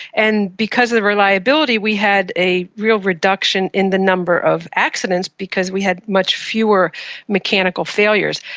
and because of the reliability we had a real reduction in the number of accidents because we had much fewer mechanical failures.